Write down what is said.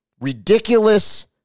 ridiculous